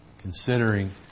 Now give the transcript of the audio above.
considering